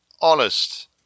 Honest